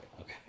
okay